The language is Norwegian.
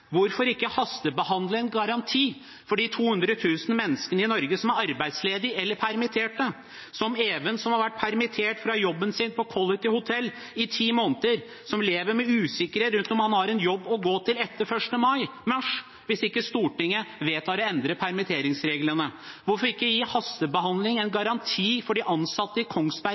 Hvorfor ikke hastebehandle en garanti for de 200 000 menneskene som er arbeidsledige eller permitterte i Norge, som Even, som har vært permittert fra jobben sin på Quality Hotel i ti måneder, som lever med usikkerhet rundt om han har en jobb å gå til etter 1. mars, hvis ikke Stortinget vedtar å endre permitteringsreglene? Hvorfor ikke hastebehandle en garanti for de ansatte i